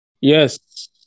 Yes